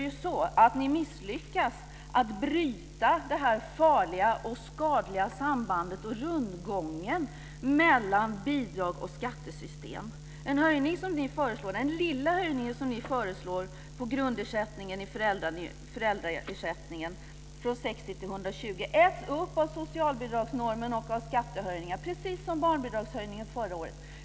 Ni misslyckas dessutom med att bryta det farliga och skadliga sambandet och rundgången mellan bidrag och skattesystem. Den lilla höjning som ni föreslår av grundersättningen i föräldraersättningen från 60 till 120 kr äts upp av socialbidragsnormen och av skattehöjningar, precis som vad gällde barnbidragshöjningen förra året.